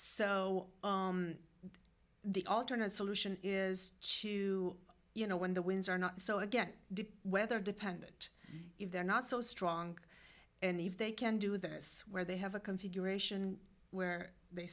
o the alternate solution is to you know when the winds are not so again deep weather dependent if they're not so strong and if they can do this where they have a configuration where they